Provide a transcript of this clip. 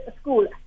school